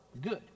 good